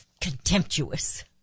Contemptuous